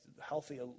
healthy